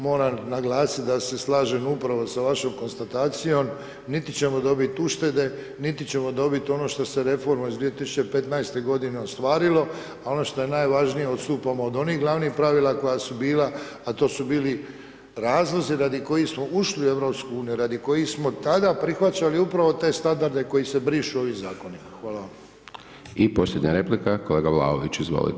Moram naglasiti da se slažem upravo sa vašom konstatacijom, niti ćemo dobiti uštede niti ćemo dobiti ono štose reformom iz 2015. g. ostvarilo a ono što je najvažnije, odstupamo od onih glavnih pravila koja su bila a to su bili razlozi radi kojih smo ušli u EU, radi kojih smo tada prihvaćali upravo te standarde koji se brišu ovim zakonima.